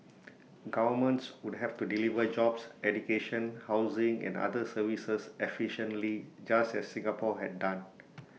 governments would have to deliver jobs education housing and other services efficiently just as Singapore had done